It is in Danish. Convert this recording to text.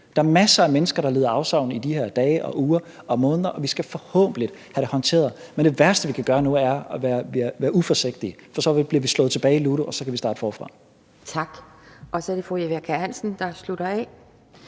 Der er masser af mennesker, der lider afsavn i de her dage og uger og måneder, og vi skal forhåbentlig have det håndteret. Men det værste, vi kan gøre nu, er at være uforsigtige, for så bliver vi slået tilbage i ludo, og så kan vi starte forfra. Kl. 17:50 Anden næstformand (Pia